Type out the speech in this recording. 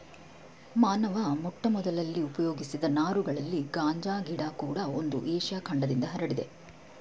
ಮಾನವ ಮೊಟ್ಟಮೊದಲಲ್ಲಿ ಉಪಯೋಗಿಸಿದ ನಾರುಗಳಲ್ಲಿ ಗಾಂಜಾ ಗಿಡ ಕೂಡ ಒಂದು ಏಷ್ಯ ಖಂಡದಿಂದ ಹರಡಿದೆ